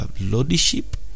lordship